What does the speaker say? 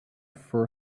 for